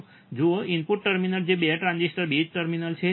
જુઓ input terminals જે 2 ટ્રાન્ઝિસ્ટરના બેઝ ટર્મિનલ છે